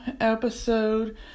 episode